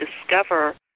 discover